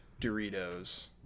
Doritos